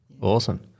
Awesome